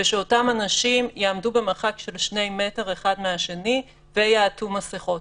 ושאותם אנשים יעמדו במרחק של שני מטר אחד מהשני ויעטו מסכות.